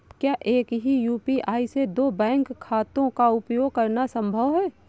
क्या एक ही यू.पी.आई से दो बैंक खातों का उपयोग करना संभव है?